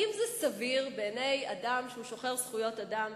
האם זה סביר בעיני אדם שהוא שוחר זכויות אדם,